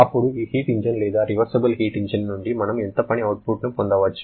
అప్పుడు ఈ heat engine లేదా రివర్సిబుల్ హీట్ ఇంజిన్ నుండి మనం ఎంత పని అవుట్పుట్ పొందవచ్చు